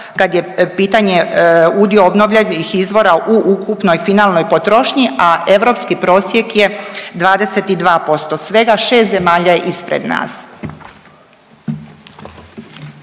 kad je pitanje udio obnovljivih izvora u ukupnoj finalnoj potrošnji, a europski prosjek je 22%, svega 6 zemalja je ispred nas.